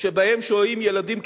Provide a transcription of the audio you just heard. שבהם שוהים ילדים קטנים,